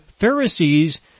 Pharisees